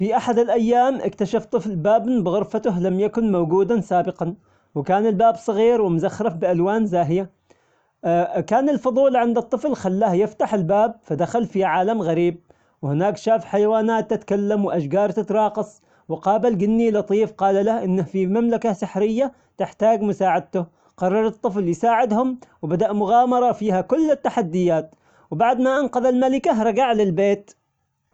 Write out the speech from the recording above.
في أحد الأيام اكتشفت طفل باب بغرفته لم يكن موجودا سابقا، وكان الباب صغير ومزخرف بألوان زاهية، كان الفضول عند الطفل خلاه يفتح الباب فدخل في عالم غريب، وهناك شاف حيوانات تتكلم وأشجار تتراقص، وقابل جني لطيف قال له أنه في مملكة سحرية تحتاج مساعدته، قرر الطفل يساعدهم وبدأ مغامرة فيها كل التحديات، وبعد ما أنقذ الملكة رجع للبيت.